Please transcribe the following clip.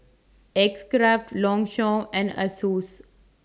X Craft Longchamp and Asus